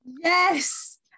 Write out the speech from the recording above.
Yes